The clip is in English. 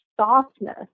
softness